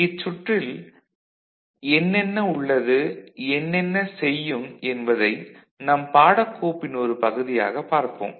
இச் சுற்றில் என்னென்ன உள்ளது என்னென்ன செய்யும் என்பதை நம் பாடக்கோப்பின் ஒரு பகுதியாக பார்ப்போம்